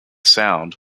sound